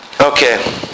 Okay